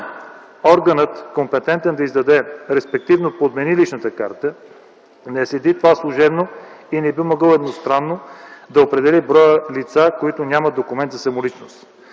органът, компетентен да издаде респективно подмени личната карта, не следи това служебно и не би могъл едностранно да определи броя лица, които нямат документ за самоличност.